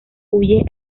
huye